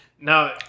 Now